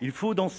Il faut donc